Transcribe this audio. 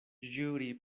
ĵuri